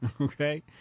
okay